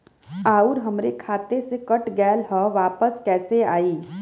आऊर हमरे खाते से कट गैल ह वापस कैसे आई?